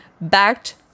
backed